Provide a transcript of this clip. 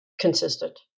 consistent